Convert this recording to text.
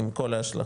עם כל ההשלכות,